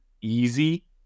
easy